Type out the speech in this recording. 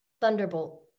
Thunderbolt